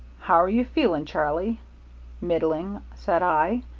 how're you feeling, charlie middling, said i.